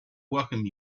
welcome